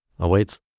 Awaits